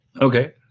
Okay